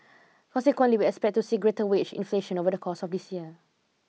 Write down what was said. consequently we expect to see greater wage inflation over the course of this year